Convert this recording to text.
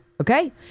Okay